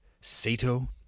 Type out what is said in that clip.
Sato